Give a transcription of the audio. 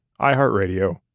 iHeartRadio